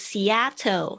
Seattle